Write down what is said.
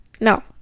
No